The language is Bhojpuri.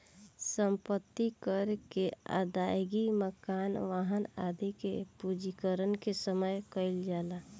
सम्पत्ति कर के अदायगी मकान, वाहन आदि के पंजीकरण के समय कईल जाला